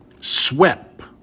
swept